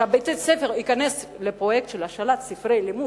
שבית-הספר ייכנס לפרויקט של השאלת ספרי לימוד,